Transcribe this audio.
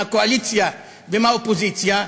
מהקואליציה ומהאופוזיציה,